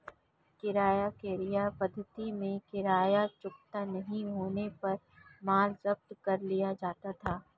किराया क्रय पद्धति में किराया चुकता नहीं होने पर माल जब्त कर लिया जाता है